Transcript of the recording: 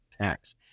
tax